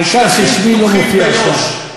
העיקר ששמי לא מופיע שם.